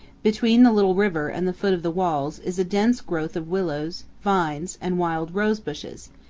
between the little river and the foot of the walls is a dense growth of willows, vines, and wild rosebushes,